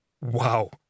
Wow